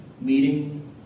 meeting